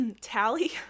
Tally